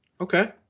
Okay